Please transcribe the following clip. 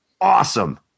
Awesome